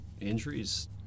injuries